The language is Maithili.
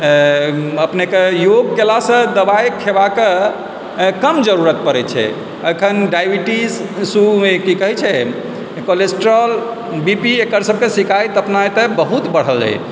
अयँ अपनेके योग कयलासँ दबाइ खेबाके कम जरूरत पड़ै छै एखन डायबिटीज शू की कहै छै कोलेस्ट्रोल बी पी एकर सबके शिकायत अपना एतय बहुत बढ़ल अछि